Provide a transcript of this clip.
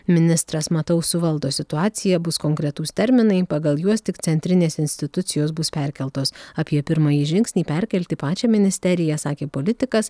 ministras matau suvaldo situaciją bus konkretūs terminai pagal juos tik centrinės institucijos bus perkeltos apie pirmąjį žingsnį perkelti pačią ministeriją sakė politikas